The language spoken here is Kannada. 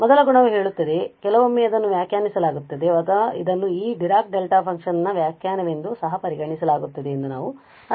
ಮೊದಲ ಗುಣವು ಹೇಳುತ್ತದೆ ಅಥವಾ ಕೆಲವೊಮ್ಮೆ ಅದನ್ನು ವ್ಯಾಖ್ಯಾನಿಸಲಾಗುತ್ತದೆ ಅಥವಾ ಇದನ್ನು ಈ ಡಿರಾಕ್ ಡೆಲ್ಟಾ ಫಂಕ್ಷನ್ ನ ವ್ಯಾಖ್ಯಾನವೆಂದು ಸಹ ಪರಿಗಣಿಸಲಾಗುತ್ತದೆ ಎಂದು ನಾನು ಅರ್ಥೈಸುತ್ತೇವೆ